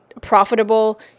profitable